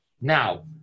Now